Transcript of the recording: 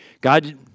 God